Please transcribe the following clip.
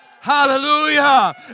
Hallelujah